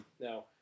Now